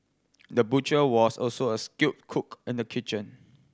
the butcher was also a skilled cook in the kitchen